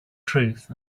truth